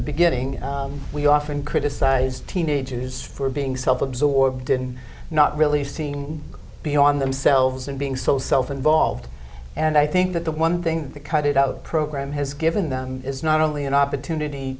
the beginning we often criticize teenagers for being self absorbed in not really seeing beyond themselves and being so self involved and i think that the one thing that cut it out program has given them is not only an opportunity